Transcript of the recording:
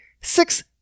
six